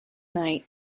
night